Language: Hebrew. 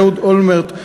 ואהוד אולמרט,